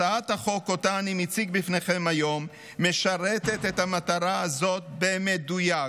הצעת החוק שאני מציג בפניכם היום משרתת את המטרה הזאת במדויק.